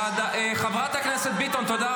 --- חברת הכנסת ביטון, תודה רבה.